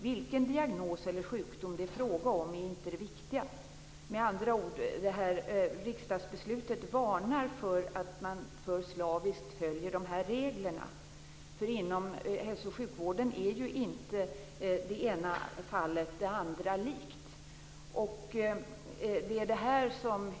Vilken diagnos eller sjukdom det är fråga om är inte det viktiga. Med andra ord varnar det här riksdagsbeslutet för att man alltför slaviskt följer de här reglerna. Det ena fallet är ju inte det andra likt inom hälso och sjukvården.